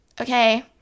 okay